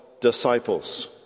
disciples